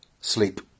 sleep